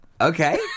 Okay